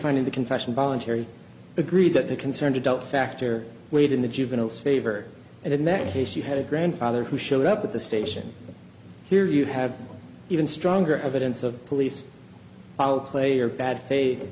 finding the confession voluntary agreed that the concerned adult factor weighed in the juveniles favor and in that case you had a grandfather who showed up at the station here you have even stronger evidence of police play or bad f